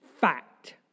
Fact